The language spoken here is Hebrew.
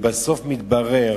ובסוף מתברר